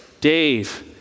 Dave